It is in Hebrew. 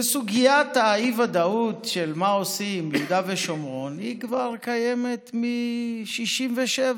וסוגיית האי-ודאות של מה עושים ביהודה ושומרון כבר קיימת מ-67'.